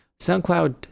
SoundCloud